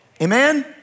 Amen